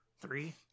Three